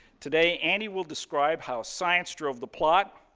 today andy will describe how science drove the plot,